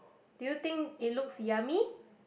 do you think it looks yummy